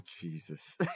Jesus